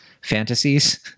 fantasies